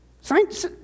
Science